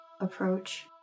approach